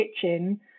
kitchen